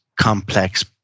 complex